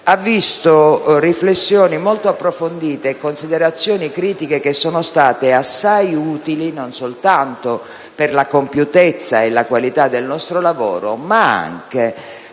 ha visto riflessioni molto approfondite e considerazioni critiche che sono state assai utili, non soltanto per la compiutezza e la qualità del nostro lavoro, ma anche per la sua speditezza.